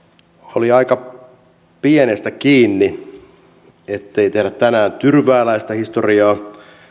oli aika pienestä kiinni ettei tehdä tänään tyrvääläistä historiaa